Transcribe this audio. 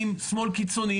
ארגוני שמאל קיצוני,